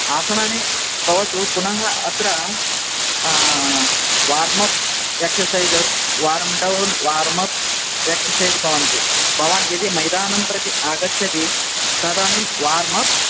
आसनानि भवतु पुनः अत्र warmup exercise warmdown warmup exercise भवन्ति भवान् यदि मैदानं प्रति आगच्छति तदानीं वार्मप्